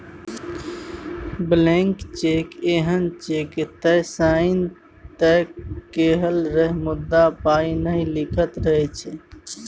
blank cheque एहन cheque जतय sign तए कएल रहय मुदा पाइ नहि लिखल रहै छै